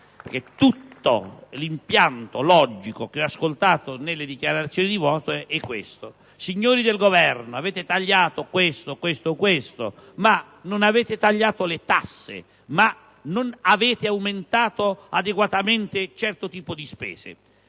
tutto l'impianto logico che ho ascoltato nelle dichiarazioni di voto è il seguente: signori del Governo, avete tagliato questo, questo e quest'altro, ma non avete tagliato le tasse e non avete aumentato adeguatamente un certo tipo di spese.